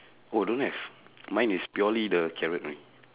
oh don't have mine is purely the carrot uh